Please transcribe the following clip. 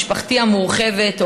משפחתי המורחבת,